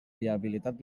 viabilitat